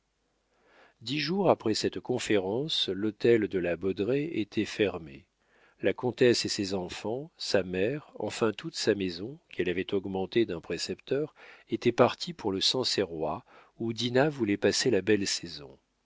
dix jours après cette conférence l'hôtel de la baudraye était fermé la comtesse et ses enfants sa mère enfin toute sa maison qu'elle avait augmentée d'un précepteur était partie pour le sancerrois où dinah voulait passer la belle saison